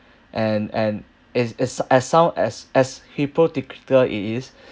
and and as as as sound as as hypocritical it is